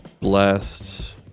blast